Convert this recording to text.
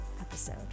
episode